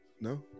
No